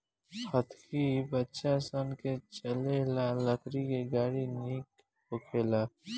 हतकी बच्चा सन के चले ला लकड़ी के गाड़ी निक होखेला